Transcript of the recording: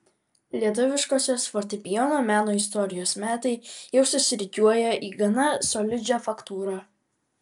lietuviškosios fortepijono meno istorijos metai jau susirikiuoja į gana solidžią faktūrą